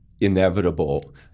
inevitable